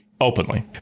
openly